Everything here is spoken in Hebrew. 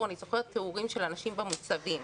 אני זוכרת תיאורים של אנשים במוצבים,